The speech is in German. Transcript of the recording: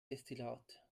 destillat